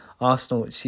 Arsenal